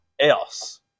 else